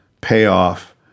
payoff